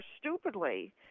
stupidly